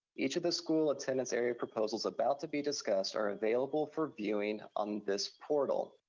each of the school attendance area proposals about to be discussed are available for viewing on this portal.